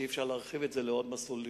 שאי-אפשר להרחיב לעוד מסלול,